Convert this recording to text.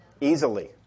easily